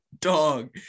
dog